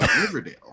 Riverdale